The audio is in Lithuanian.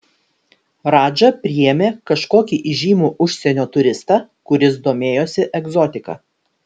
radža priėmė kažkokį įžymų užsienio turistą kuris domėjosi egzotika